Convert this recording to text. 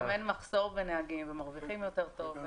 וגם אין מחסור בנהגים, ומרוויחים יותר טוב.